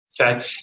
Okay